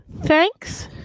thanks